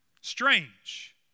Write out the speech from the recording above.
Strange